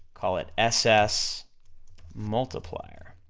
call it ss multiplier.